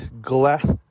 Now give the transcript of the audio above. Glass